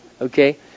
Okay